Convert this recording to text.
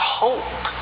hope